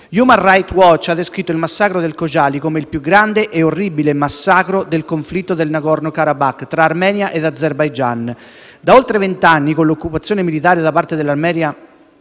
Human Rights Watch ha descritto il massacro di Khojaly come «il più grande e orribile massacro del conflitto» del Nagorno Karabakh, tra Armenia e Azerbaijan. Da oltre vent'anni, con l'occupazione militare da parte dell'Armenia